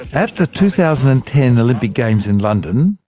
at the two thousand and ten olympic games in london,